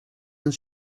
than